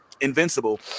Invincible